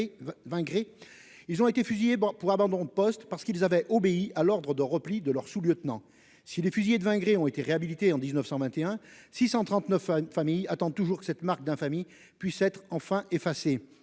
Ils ont été fusillés bon pour abandon de poste parce qu'ils avaient obéi à l'Ordre de repli de leurs sous-, lieutenant si les fusillés de 20 gris ont été réhabilités en 1921 639, à une famille attend toujours que cette marque d'infamie puisse être enfin effacer